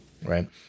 Right